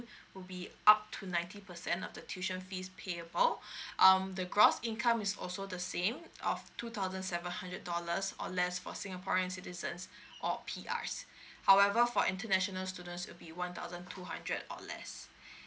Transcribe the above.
will be up to ninety percent of the tuition fees payable um the gross income is also the same of two thousand seven hundred dollars or less for singaporean citizens or P Rs however for international students will be one thousand two hundred or less